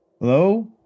Hello